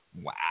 Wow